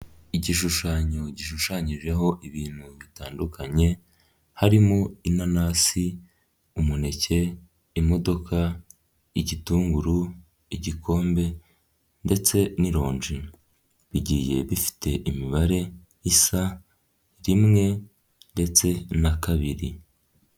Igishushanyo gishushanyijeho ibintu bitandukanye, harimo inanasi umuneke imodoka igitunguru igikombe ndetse n'ironji bigiye bifite imibare isa rimwe ndetse na kabiri.